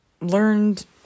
learned